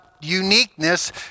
uniqueness